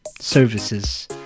services